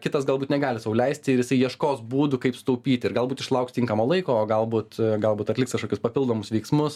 kitas galbūt negali sau leisti ir jisai ieškos būdų kaip sutaupyti ir galbūt išlaukti tinkamo laiko o galbūt galbūt atliks kažkokius papildomus veiksmus